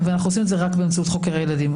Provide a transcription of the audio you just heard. ואנחנו עושים את זה רק באמצעות חוקר ילדים.